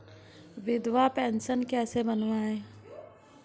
विधवा पेंशन कैसे बनवायें?